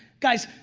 guys,